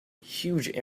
huge